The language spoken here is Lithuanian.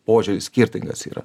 požiūris skirtingas yra